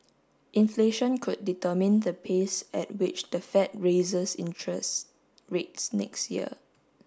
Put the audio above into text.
inflation could determine the pace at which the Fed raises interest rates next year